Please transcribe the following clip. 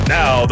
now